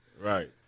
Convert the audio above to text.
Right